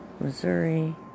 Missouri